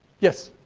yes.